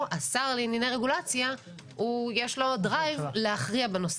השר לענייני רגולציה יש לו דרייב להכריע בנושא.